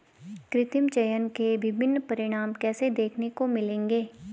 कृत्रिम चयन के विभिन्न परिणाम कैसे देखने को मिलेंगे?